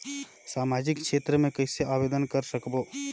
समाजिक क्षेत्र मे कइसे आवेदन कर सकबो?